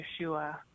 Yeshua